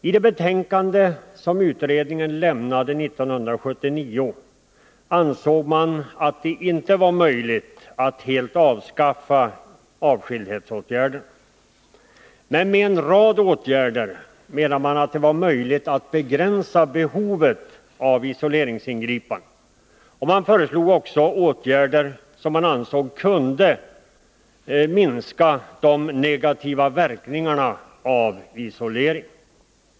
I det betänkande som utredningen lämnade 1979 ansåg man det inte vara möjligt att helt avskaffa avskildhetsåtgärderna. Men med en rad åtgärder menade man att det var möjligt att begränsa behovet av isoleringsingripanden, och man föreslog också åtgärder som man ansåg kunde minska de negativa verkningarna av isolering.